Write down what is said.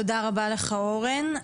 תודה רבה לך אורן.